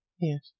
Yes